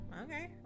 Okay